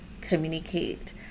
communicate